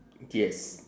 yes